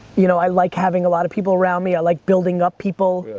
you know i like having a lot of people around me, i like building up people.